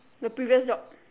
the previous job